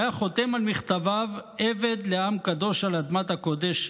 שהיה חותם על מכתביו "עבד לעם קדוש על אדמת הקודש",